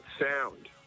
sound